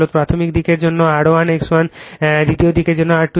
প্রাথমিক দিকের জন্য R1 X1 দ্বিতীয় দিকের জন্য R2 X2